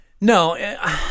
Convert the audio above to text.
No